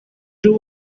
two